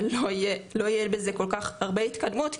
לא יהיה בזה הרבה התקדמות,